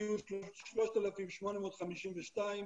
הגיעו 3,852 עולים,